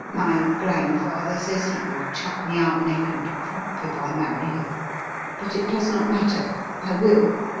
my grandfather says he will chuck me out neck and crop if i marry her but it does not matter i will!